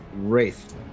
Wraith